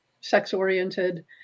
sex-oriented